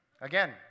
Again